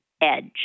edge